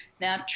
Now